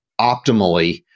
optimally